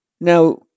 Now